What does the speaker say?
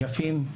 יפים,